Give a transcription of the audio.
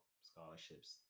scholarships